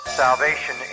salvation